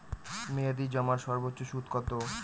মেয়াদি জমার সর্বোচ্চ সুদ কতো?